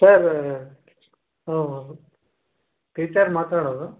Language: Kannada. ಸರ್ ಹ್ಞೂ ಟೀಚರ್ ಮಾತಾಡೋದು